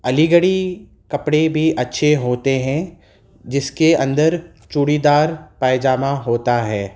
علی گڑھی کپڑے بھی اچھے ہوتے ہیں جس کے اندر چوڑی دار پائجامہ ہوتا ہے